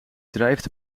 drijft